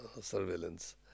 surveillance